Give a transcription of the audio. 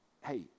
hey